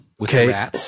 Okay